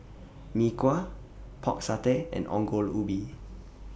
Mee Kuah Pork Satay and Ongol Ubi